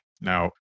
Now